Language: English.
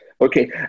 okay